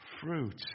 fruit